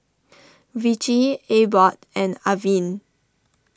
Vichy Abbott and Avene